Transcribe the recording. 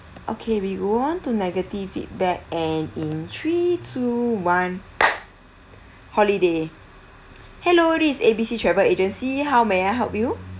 okay we go on to negative feedback and in three two one holiday hello this A_B_C travel agency how may I help you